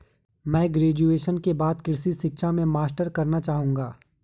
मैं ग्रेजुएशन के बाद कृषि शिक्षा में मास्टर्स करना चाहूंगा